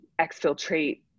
exfiltrate